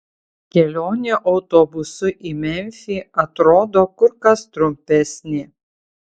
kelionė autobusu į memfį atrodo kur kas trumpesnė